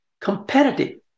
competitive